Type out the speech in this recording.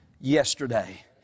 yesterday